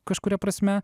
kažkuria prasme